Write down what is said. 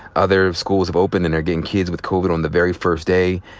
other schools have opened and they're getting kids with covid on the very first day.